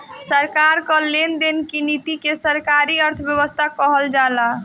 सरकार कअ लेन देन की नीति के सरकारी अर्थव्यवस्था कहल जाला